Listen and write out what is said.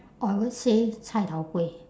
or I would say cai tao kway